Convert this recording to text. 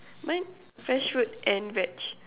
mine fresh fruit and veg